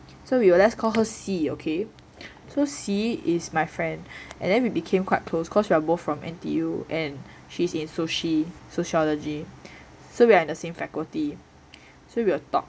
so we will let's call her c okay so c is my friend and then we became quite close cause we are both from N_T_U and she's in soci~ sociology so we are in the same faculty so we will talk